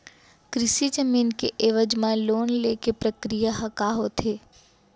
कृषि जमीन के एवज म लोन ले के प्रक्रिया ह का होथे?